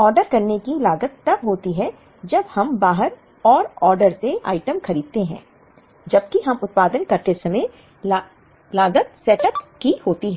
order करने की लागत तब होती है जब हम बाहर और ऑर्डर से आइटम खरीदते हैं जबकि हम उत्पादन करते समय सेटअप लागत होती है